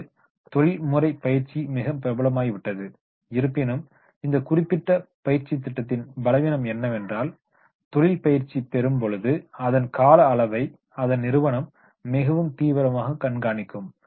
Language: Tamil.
இப்போது தொழில்முறைப் பயிற்சி மிக பிரபலமாகிவிட்டது இருப்பினும் இந்த குறிப்பிட்ட பயிற்சித்திட்டத்தின் பலவீனம் என்னவென்றால் தொழில் பயிற்சி பெறும் பொழுது அதன் கால அளவை அதன் நிறுவனம் மிகவும் தீவிரமாக கண்காணிக்கும்